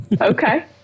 okay